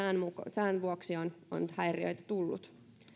sään vuoksi on häiriöitä tullut